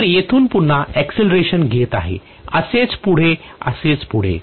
तर येथून पुन्हा अक्सिलेरेशन घेत आहे असेच पुढे आणि असेच पुढे